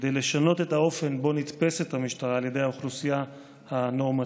כדי לשנות את האופן שבו נתפסת המשטרה על ידי האוכלוסייה הנורמטיבית,